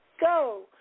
Go